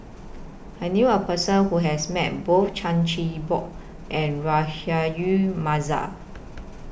I knew A Person Who has Met Both Chan Chin Bock and Rahayu Mahzam